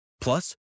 Plus